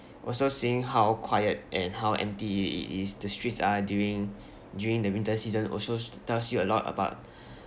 also seeing how quiet and how empty it it is the streets are during during the winter season also tells you a lot about